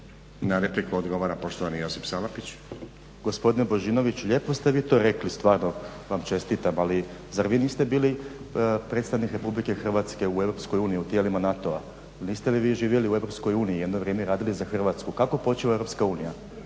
Na repliku odgovara poštovani Josip Salapić. **Salapić, Josip (HDSSB)** Gospodine Božinoviću lijepo ste vi to rekli stvarno vam čestitam, ali zar vi niste bili predstavnik RH u EU u tijelima NATO-a, niste li vi živjeli u EU i jedno vrijeme radili za Hrvatsku. Kako počiva EU,